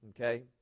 okay